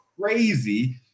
crazy